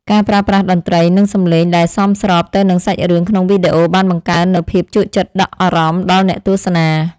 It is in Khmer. ការប្រើប្រាស់តន្ត្រី និងសំឡេងដែលសមស្របទៅនឹងសាច់រឿងក្នុងវីដេអូបានបង្កើននូវភាពជក់ចិត្តដក់អារម្មណ៍ដល់អ្នកទស្សនា។